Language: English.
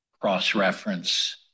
cross-reference